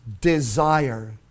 desire